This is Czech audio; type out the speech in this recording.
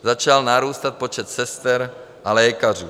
Začal narůstat počet sester a lékařů.